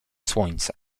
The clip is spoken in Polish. słońce